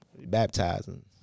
baptizing